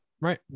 Right